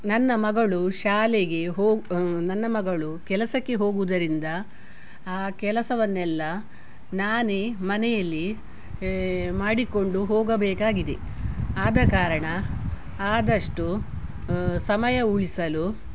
ನನ್ನ ಮಗಳು ಶಾಲೆಗೆ ಹೋಗ ನನ್ನ ಮಗಳು ಕೆಲಸಕ್ಕೆ ಹೋಗುವುದರಿಂದ ಆ ಕೆಲಸವನ್ನೆಲ್ಲ ನಾನೇ ಮನೆಯಲ್ಲಿ ಮಾಡಿಕೊಂಡು ಹೋಗಬೇಕಾಗಿದೆ ಆದ ಕಾರಣ ಆದಷ್ಟು ಸಮಯ ಉಳಿಸಲು